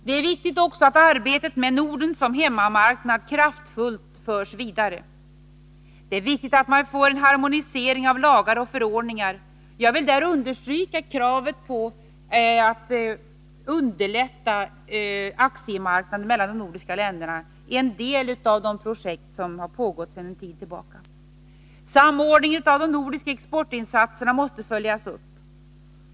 Det är också viktigt att arbetet med Norden som hemmamarknad kraftfullt förs vidare. Det är viktigt att få en harmonisering av lagar och förordningar. Jag vill där understryka kravet på att underlätta aktiehandeln mellan de nordiska länderna. Detta är en del av de projekt som pågått sedan en tid tillbaka. Samordningen av de nordiska exportinsatserna måste vidare följas upp.